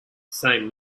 same